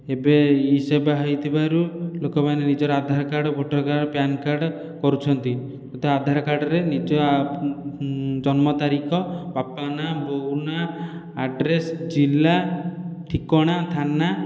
ଏବେ ଇ ସେବା ହୋଇଥିବାରୁ ଲୋକମାନେ ନିଜର Aadhaar card voter card PAN card କରୁଛନ୍ତି ତ ଆଧାର କାର୍ଡ଼ରେ ନିଜ ଜନ୍ମ ତାରିଖ ବାପାଙ୍କ ନାଁ ବୋଉ ନାଁ ଆଡ୍ରେସ ଜିଲ୍ଲା ଠିକଣା ଥାନା